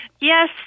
Yes